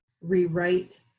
rewrite